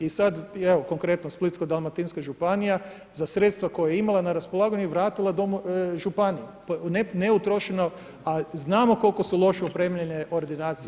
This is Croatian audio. I sad i evo konkretno Splitsko-dalmatinska županija, za sredstva koja je imala na raspolaganju i vratila domove županiji, neutrošeno a znamo koliko su loše opremljene ordinacije